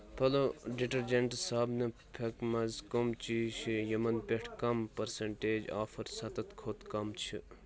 پلو ڈِٹٔرجینٹ صابنہِ پھٮ۪کھہِ مَنٛز کم چیٖز چھِ یِمَن پٮ۪ٹھ کم پٔرسنٹیج آفر سَتتھ کھۄتہٕ کم چھِ